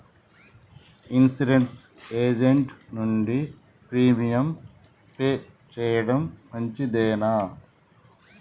Insurance agent నుండి premium pay చేయడం మంచిదేనా?